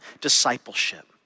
discipleship